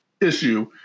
issue